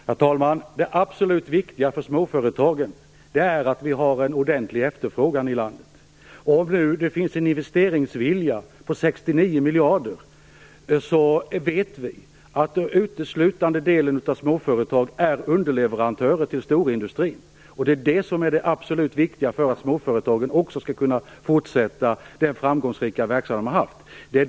Herr talman! Det absolut viktiga för småföretagen är att det finns en ordentlig efterfrågan i landet. Det finns en investeringsvilja - det rör sig, som sagt, om 69 miljarder kronor - och andelen småföretag är uteslutande underleverantörer till storindustrin. Det är det som är det absolut viktiga för att småföretagen också skall kunna fortsätta med sin framgångsrika verksamhet.